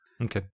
Okay